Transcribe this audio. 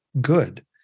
good